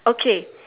okay